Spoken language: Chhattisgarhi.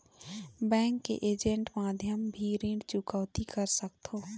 बैंक के ऐजेंट माध्यम भी ऋण चुकौती कर सकथों?